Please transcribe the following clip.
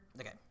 Okay